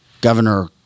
Governor